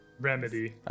Remedy